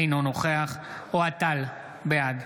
אינו נוכח אוהד טל, בעד